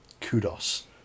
kudos